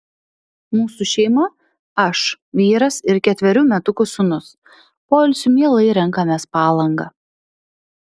mūsų šeima aš vyras ir ketverių metukų sūnus poilsiui mielai renkamės palangą